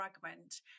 fragment